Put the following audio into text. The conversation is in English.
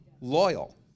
loyal